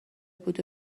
بود